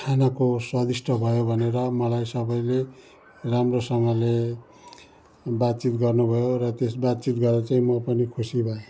खानाको स्वादिष्ट भयो भनेर मलाई सबैले राम्रोसँगले बातचित गर्नुभयो र त्यस बातचित गरेर चाहिँ म पनि खुसी भएँ